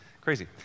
crazy